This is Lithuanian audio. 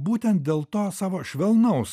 būtent dėl to savo švelnaus